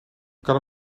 kan